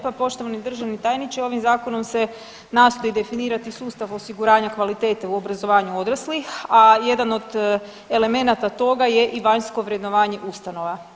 Hvala lijepa poštovani državni tajniče, ovim Zakonom se nastoji definirati sustav osiguranja kvalitete u obrazovanju odraslih, a jedan od elemenata toga je i vanjsko vrednovanje ustanova.